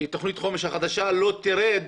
שתוכנית החומש החדשה לא תרד